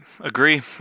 Agree